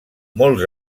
molts